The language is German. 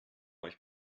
euch